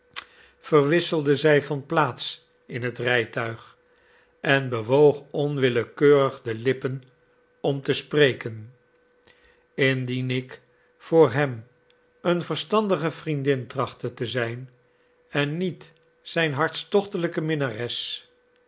verwisselde zij van plaats in het rijtuig en bewoog onwillekeurig de lippen om te spreken indien ik voor hem een verstandige vriendin trachtte te zijn en niet zijn hartstochtelijke minnares